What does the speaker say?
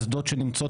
האסדה של Energean,